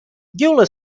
gular